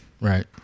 Right